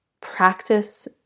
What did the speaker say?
practice